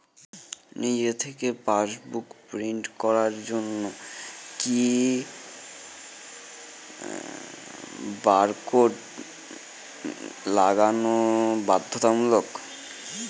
নিজে থেকে passbook print করার জন্য কি বারকোড লাগানো বাধ্যতামূলক?